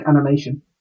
animation